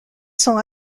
sont